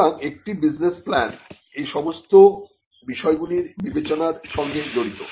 সুতরাং একটি business plan এই সমস্ত বিষয়গুলির বিবেচনার সঙ্গে জড়িত